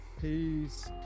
Peace